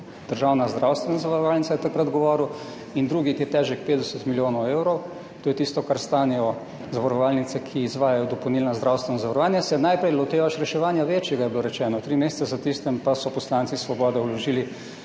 državna zdravstvena zavarovalnica, je takrat govoril, in drugi je težek 50 milijonov evrov, to je tisto, kar stanejo zavarovalnice, ki izvajajo dopolnilno zdravstvena zavarovanja, se najprej lotevaš reševanja večjega, je bilo rečeno. Tri mesece za tistem pa so poslanci Svobode vložili